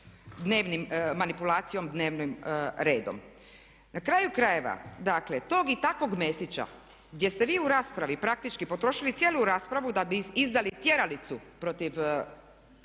dnevnim, manipulacijom dnevnim redom. Na kraju krajeva dakle tog i takvog Mesića gdje ste vi u raspravi praktički potrošili cijelu raspravu da bi izdali tjeralicu protiv